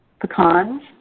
pecans